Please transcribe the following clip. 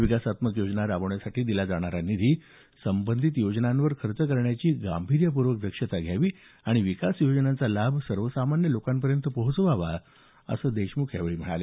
विकासात्मक योजना राबवण्यासाठी दिला जाणार निधी संबंधित योजनांवर खर्च करण्याची गांभीर्यपूर्वक दक्षता घ्यावी आणि विकास योजनांचा लाभ सर्वसामान्य लोकांपर्यंत पोहोचवावा असं देशमुख यावेळी म्हणाले